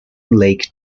lake